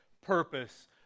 purpose